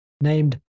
named